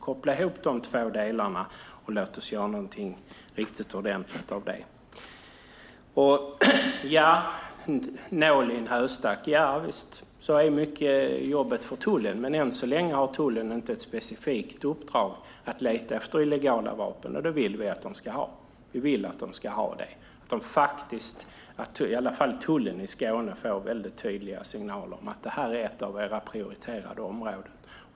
Koppla ihop de två delarna och låt oss göra någonting riktigt ordentligt av det! Nål i en höstack - javisst, mycket av tullens jobb är så. Men än så länge har inte tullen ett specifikt uppdrag att leta efter illegala vapen, och det vill vi att den ska ha. Vi vill att i alla fall tullen i Skåne får väldigt tydliga signaler om att det här är ett prioriterat område.